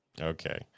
okay